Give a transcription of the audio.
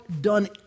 done